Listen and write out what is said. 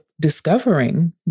discovering